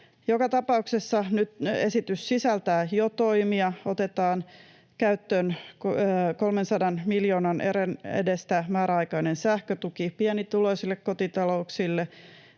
Joka tapauksessa esitys sisältää jo toimia: Otetaan käyttöön 300 miljoonan edestä määräaikainen sähkötuki pienituloisille kotitalouksille,